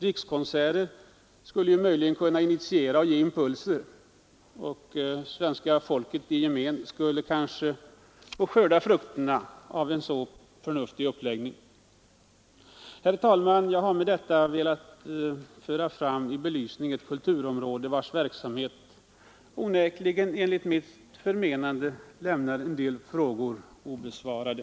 Rikskonserter skulle möjligen kunna initiera verksamheten och ge impulser, och svenska folket i gemen skulle kanske få skörda frukterna av en så förnuftig uppläggning. Herr talman! Jag har med detta velat föra fram i belysning ett kulturområde där verksamheten enligt mitt förmenande lämnar en del frågor obesvarade.